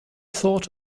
thought